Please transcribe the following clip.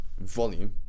volume